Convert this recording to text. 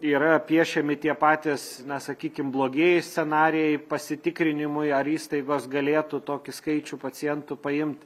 yra piešiami tie patys na sakykim blogieji scenarijai pasitikrinimui ar įstaigos galėtų tokį skaičių pacientų paimt